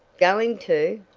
going to!